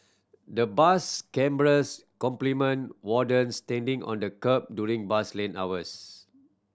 the bus cameras complement wardens standing on the kerb during bus lane hours